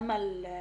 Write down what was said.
אמל אלנססרה,